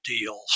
deals